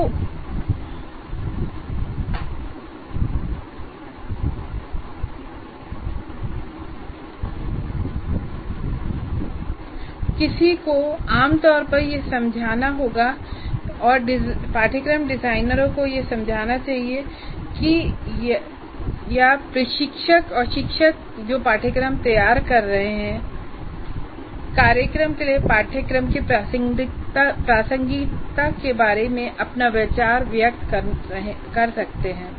तो किसी को आम तौर पर समझाना होगा और पाठ्यक्रम डिजाइनरों को यह समझाना चाहिए कि या प्रशिक्षक या शिक्षक जो पाठ्यक्रम तैयार कर रहे हैं कार्यक्रम के लिए पाठ्यक्रम की प्रासंगिकता के बारे में अपना विचार व्यक्त कर सकते हैं